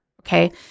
Okay